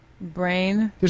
Brain